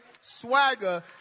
swagger